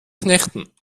knechten